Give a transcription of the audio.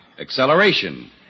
acceleration